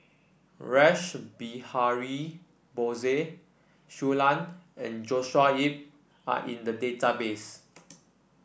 Rash Behari Bose Shui Lan and Joshua Ip are in the database